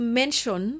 mention